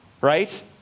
right